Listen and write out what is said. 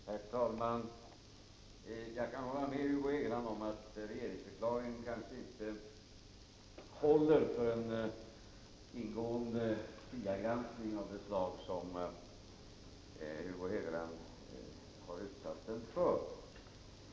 Herr talman! Jag kan hålla med Hugo Hegeland om att regeringsförklaringen vad gäller de exakta formuleringarna kring inflationsmålet kanske inte håller för en ingående kriagranskning av det slag som Hugo Hegeland har utsatt den för.